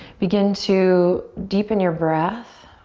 begin to deepen your breath.